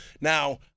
Now